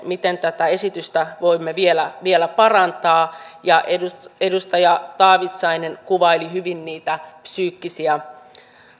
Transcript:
miten tätä esitystä voimme vielä vielä parantaa ja edustaja taavitsainen kuvaili hyvin niitä psyykkisiä